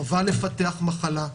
חבל לפתח מחלה.